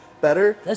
better